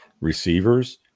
receivers